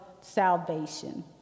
salvation